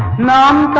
mon